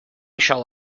shall